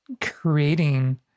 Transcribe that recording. creating